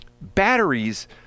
Batteries